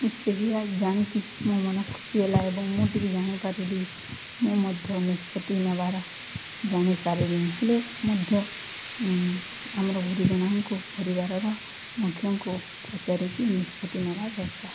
ସେ ଜାଣିକି ମୋ ମନ ଖୁସି ହେଲା ଏବଂ ମୁଁ ଟିକେ ଜାଣିପାରିଲି ମୁଁ ମଧ୍ୟ ନିଷ୍ପତ୍ତି ନେବାର ଜାଣିସାରିଲି ହେଲେ ମଧ୍ୟ ଆମର ଗୁରୁଜନଙ୍କୁ ପରିବାରର ମୁଖ୍ୟଙ୍କୁ ପଚାରିକି ନିଷ୍ପତ୍ତି ନେବା ଦରକାର